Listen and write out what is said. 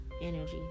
energy